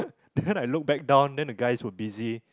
then I look back down then the guys were busy